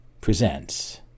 presents